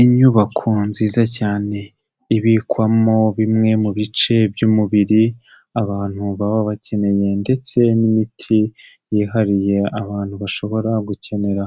Inyubako nziza cyane ibikwamo bimwe mu bice by'umubiri abantu baba bakeneye ndetse n'imiti yihariye abantu bashobora gukenera,